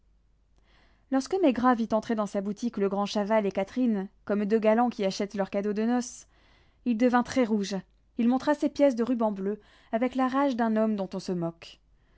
lorsque maigrat vit entrer dans sa boutique le grand chaval et catherine comme deux galants qui achètent leur cadeau de noces il devint très rouge il montra ses pièces de ruban bleu avec la rage d'un homme dont on se moque